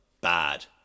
bad